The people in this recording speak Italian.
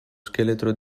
scheletro